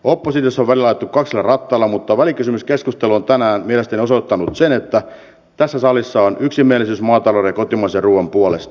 oppositiossa on välillä ajettu kaksilla rattailla mutta välikysymyskeskustelu on tänään mielestäni osoittanut sen että tässä salissa on yksimielisyys maatalouden ja kotimaisen ruuan puolesta